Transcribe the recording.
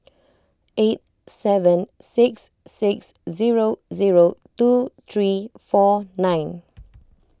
eight seven six six zero zero two three four nine